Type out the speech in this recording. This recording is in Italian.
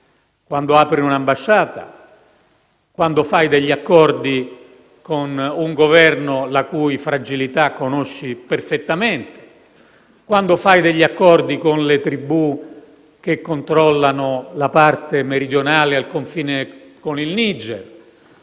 nell'aprire un'ambasciata, nello stipulare degli accordi con un Governo la cui fragilità si conosce perfettamente, nello stipulare accordi con le tribù che controllano la parte meridionale, al confine con il Niger,